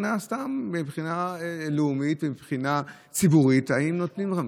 מבחינה לאומית ומבחינה ציבורית, האם נותנים להם?